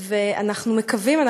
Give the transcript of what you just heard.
ואנחנו מקווים,